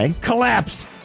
collapsed